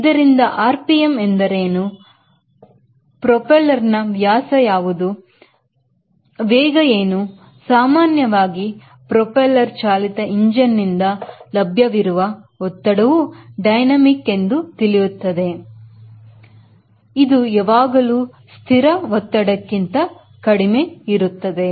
ಆದ್ದರಿಂದ RPM ಎಂದರೇನು profile ರ್ನ ವ್ಯಾಸ ಯಾವುದು ವಗ ಏನು ಸಾಮಾನ್ಯವಾಗಿ ಪ್ರೊಪೆಲ್ಲರ್ ಚಾಲಿತ ಇಂಜಿನ್ ನಿಂದ ಲಭ್ಯವಿರುವ ಒತ್ತಡವು ಡೈನಮಿಕ್ ತಿಳಿಯುತ್ತದೆ ಎಂದು ನೀವು ಹೇಳಬಹುದು ಇದು ಯಾವಾಗಲೂ ಸ್ಥಿರ ಒತ್ತಡಕ್ಕಿಂತ ಕಡಿಮೆ ಇರುತ್ತದೆ